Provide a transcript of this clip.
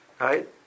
right